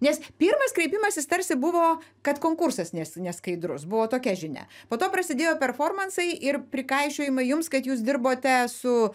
nes pirmas kreipimasis tarsi buvo kad konkursas nes neskaidrus buvo tokia žinia po to prasidėjo performansai ir prikaišiojimai jums kad jūs dirbote su